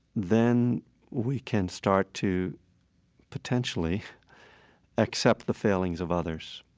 then we can start to potentially accept the failings of others,